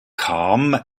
cham